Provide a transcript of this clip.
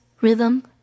rhythm